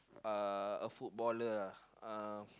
uh a footballer uh